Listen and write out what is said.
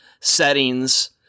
settings